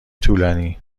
طولانی